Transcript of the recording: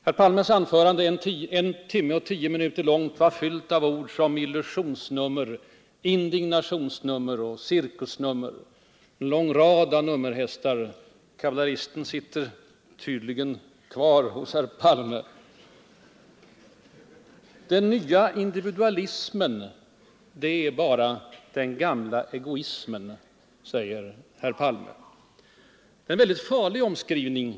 Herr Palmes en timme och tio minuter långa anförande var fyllt av ord som illusionsnummer, indignationsnummer och cirkusnummer — en lång rad av nummerhästar. Kavalleristen sitter tydligen kvar hos herr Palme. ”Den nya individualismen” är bara den gamla egoismen, säger herr Palme. Det är en mycket farlig omskrivning.